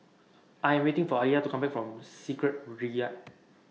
I Am waiting For Aliya to Come Back from Secretariat